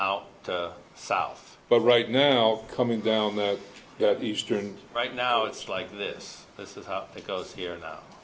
out south but right now coming down that eastern right now it's like this this is how it goes here now